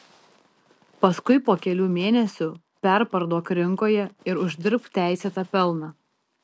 paskui po kelių mėnesių perparduok rinkoje ir uždirbk teisėtą pelną